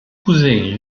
cousins